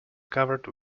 covered